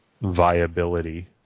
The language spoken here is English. viability